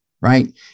right